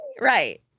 right